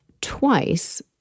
twice